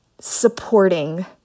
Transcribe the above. supporting